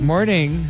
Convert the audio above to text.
Morning